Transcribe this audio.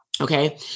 Okay